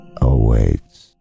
Awaits